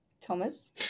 Thomas